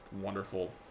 wonderful